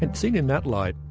and seen in that light,